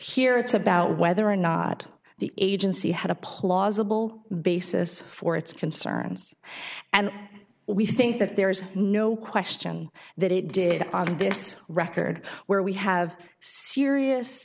here it's about whether or not the agency had a plausible basis for its concerns and we think that there's no question that it did on this record where we have serious